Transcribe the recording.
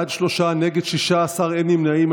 בעד, שלושה, נגד, 16, אין נמנעים.